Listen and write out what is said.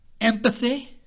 empathy